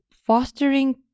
fostering